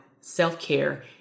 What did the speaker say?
self-care